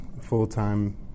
full-time